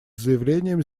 заявлением